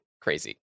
crazy